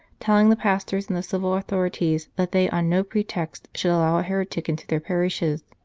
telling the pastors and the civil authorities that they on no pretext should allow a heretic into their parishes.